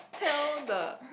so the